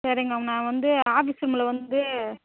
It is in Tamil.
சரிங்க மேம் நான் வந்து ஆஃபீஸ் ரூம்மில வந்து